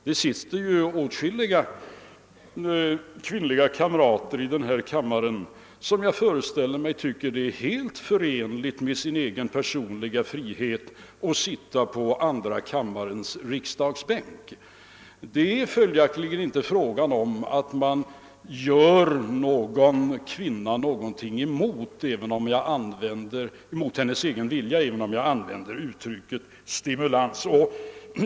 Vi har här åtskilliga kvinnliga kamrater som nog finner det helt förenligt med sin egen personliga frihet att sitta på andra kammarens riksdagsbänkar. Det är inte fråga om att göra någonting emot en kvinnas egen vilja, även om jag begagnar uttrycket stimulans.